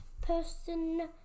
person